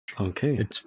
Okay